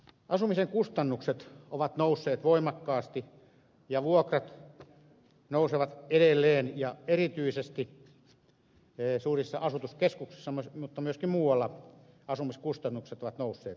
asumisen kustannukset ovat nousseet voimakkaasti ja vuokrat nousevat edelleen ja erityisesti suurissa asutuskeskuksissa mutta myöskin muualla asumiskustannukset ovat nousseet